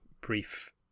brief